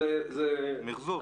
זה מיחזור.